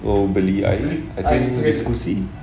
oh beli air I think exclusive